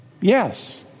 yes